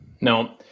No